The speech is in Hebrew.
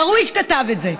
דרוויש כתב את זה.